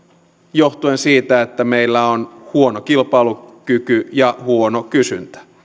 johtuen siitä että meillä on huono kilpailukyky ja huono kysyntä